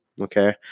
Okay